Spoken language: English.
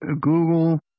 Google